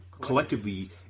collectively